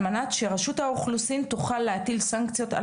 על מנת שרשות האוכלוסין תוכל להטיל סנקציות על